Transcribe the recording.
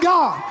God